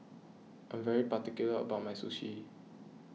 I am particular about my Sushi